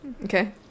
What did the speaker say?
Okay